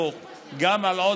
גם על משרד החינוך,